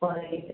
पढ़ए नहि जाएब